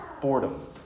boredom